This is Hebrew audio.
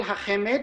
כל החמד,